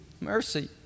mercy